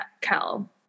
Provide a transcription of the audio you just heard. Kel